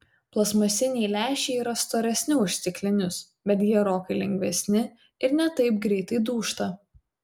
plastmasiniai lęšiai yra storesni už stiklinius bet gerokai lengvesni ir ne taip greitai dūžta